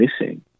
missing